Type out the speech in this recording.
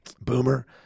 Boomer